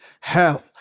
hell